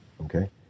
okay